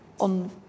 on